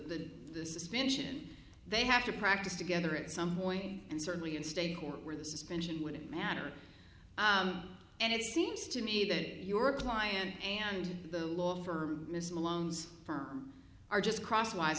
the suspension they have to practice together at some point and certainly in state court where the suspension wouldn't matter and it seems to me that your client and the law firm miss malone's firm are just crosswise